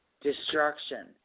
destruction